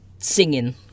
Singing